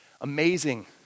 amazing